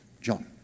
John